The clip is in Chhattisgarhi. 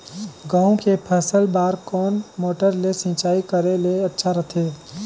गहूं के फसल बार कोन मोटर ले सिंचाई करे ले अच्छा रथे?